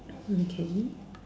uh so the K